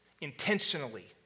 intentionally